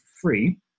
free